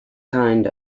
kind